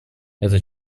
это